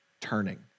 turning